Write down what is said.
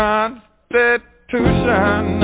Constitution